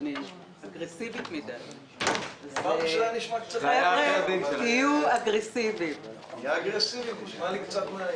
בפרט של המנכ"ל היוצא.